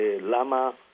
LAMA